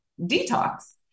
detox